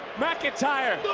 mcintyre,